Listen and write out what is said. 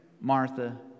Martha